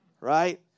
Right